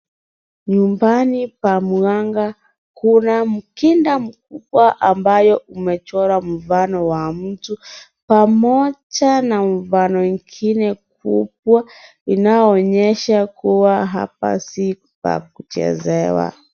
Nyumbani pa mganga kuna mkinda mkubwa ambayo umechora mfano wa mtu pamoja na mfano ingine kubwa inayoonyesha kuwa hapa si pa kuchezewa.